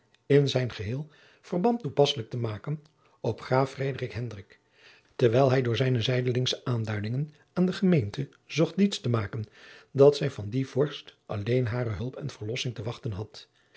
ni zijn geheel verband toepasselijk te maken op graaf frederik hendrik terwijl hij door zijne zijdelingsche aanduidingen aan de gemeente zocht diets te maken dat zij van dien vorst alleen hare hulp en verlossing te wachten had